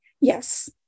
Yes